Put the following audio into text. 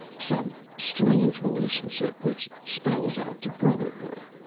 some strange relationship which spells out to brotherhood.